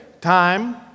Time